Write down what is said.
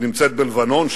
היא נמצאת בלבנון.